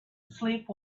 sleep